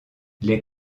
les